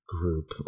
group